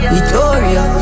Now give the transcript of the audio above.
Victoria